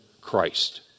Christ